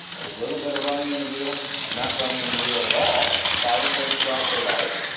a little bit of running in the wheel and not running in the wheel at all, followed them throughout their life,